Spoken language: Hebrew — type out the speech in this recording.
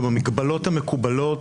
ובמגבלות המקובלות,